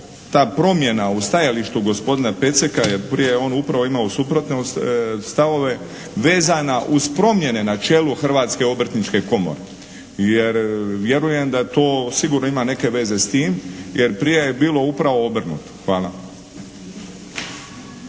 ta promjena u stajalištu gospodina Peceka jer prije je on upravo imao suprotne stavove, vezana uz promjene na čelu Hrvatske obrtničke komore? Jer vjerujem da to sigurno ima neke veze s tim, jer prije je bilo upravo obrnuto. Hvala.